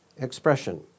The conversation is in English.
expression